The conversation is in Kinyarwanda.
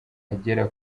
agera